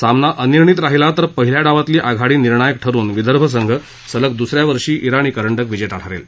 सामना अनिर्णित राहिला तर पहिल्या डावातली आघाडी निर्णायक ठरून विदर्भ संघ सलग दुसऱ्या वर्षी जिणी करंडक विजेता ठरेल